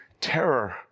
terror